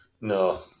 No